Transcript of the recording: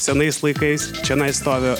senais laikais čionai stovi